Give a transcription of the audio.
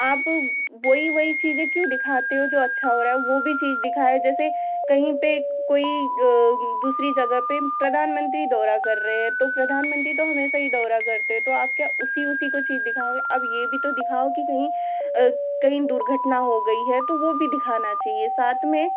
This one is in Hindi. आँप वही वही चीज़ें क्यों दिखाते हो जो अच्छा हो रहा है वह भी चीज़ दिखाए जैसे कहीं पर कोई दूसरी जगह पर प्रधानमंत्री दौरा कर रहे हैं तो प्रधानमंत्री तो हमेशा ही दौरा करते हैं तो आप क्या उसी उसी को चीज़ दिखाओगे आप यह भी तो दिखाओ कि कहीं कहीं दुर्घटना हो गई है तो वह भी दिखाना चाहिए साथ में